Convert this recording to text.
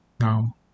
now